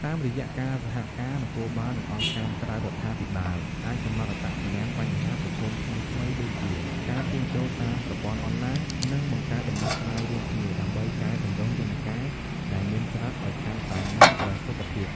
តាមរយៈការសហការ នគរបាល និងអង្គការក្រៅរដ្ឋាភិបាលអាចកំណត់អត្តសញ្ញាណបញ្ហាប្រឈមថ្មីៗដូចជាការជួញដូរតាមប្រព័ន្ធអនឡាញ និងបង្កើតដំណោះស្រាយរួមគ្នា ដើម្បីកែទម្រង់យន្តការដែលមានស្រាប់ឲ្យកាន់តែមានប្រសិទ្ធភាព។